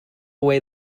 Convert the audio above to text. away